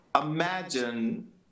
Imagine